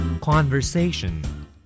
Conversation